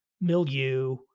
milieu